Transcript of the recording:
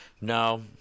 no